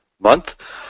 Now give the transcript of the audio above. month